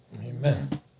Amen